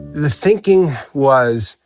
the thinking was,